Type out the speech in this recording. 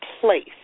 place